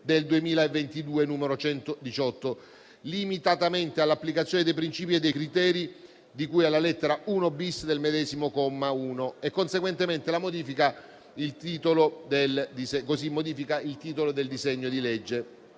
2022, n. 118, limitatamente all'applicazione dei princìpi e dei criteri di cui alla lettera l-*bis* del medesimo comma 1. Conseguentemente, si modifica il titolo del disegno di legge